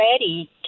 ready